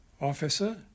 officer